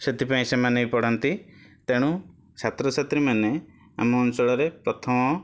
ସେଥିପାଇଁ ସେମାନେ ପଢ଼ନ୍ତି ତେଣୁ ଛାତ୍ରଛାତ୍ରୀ ମାନେ ଆମ ଅଞ୍ଚଳରେ ପ୍ରଥମ